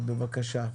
בבקשה.